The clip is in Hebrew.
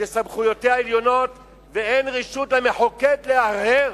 שסמכויותיה עליונות ואין רשות למחוקק להרהר.